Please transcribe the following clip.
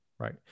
right